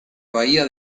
bahía